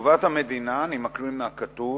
בתשובת המדינה, אני מקריא מהכתוב,